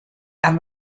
and